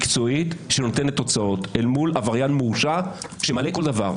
מקצועית שנותנת תוצאות אל מול עבריין מורשע שמעלה כל דבר.